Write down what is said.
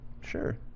sure